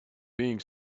being